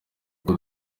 kuko